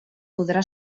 podrà